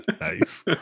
Nice